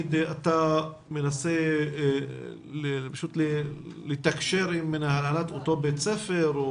אתה מנסה לתקשר עם הנהלת אותו בית ספר?